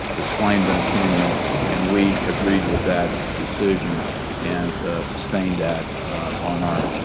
disclaimed an opinion and we agreed with that decision and sustained that on our